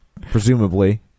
presumably